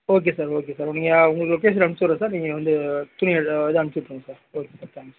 okay sir okay sir நீங்கள் உங்கள் location அனுப்சுசிர்றேன் சார் நீங்கள் வந்து துணி இது அனுப்சுசிட்ருங்க சார் ஓகே சார் தேங்க்ஸ்